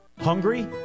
Hungry